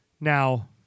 Now